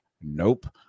Nope